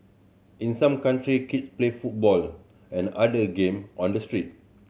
in some country kids play football and other game on the street